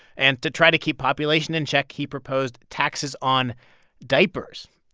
and to try to keep population in check, he proposed taxes on diapers.